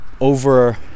over